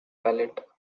palate